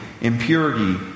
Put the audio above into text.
impurity